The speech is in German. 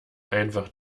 einfach